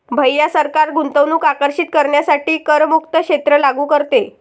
भैया सरकार गुंतवणूक आकर्षित करण्यासाठी करमुक्त क्षेत्र लागू करते